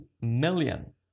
million